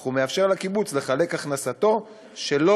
אך הוא מאפשר לקיבוץ לחלק את הכנסתו שלא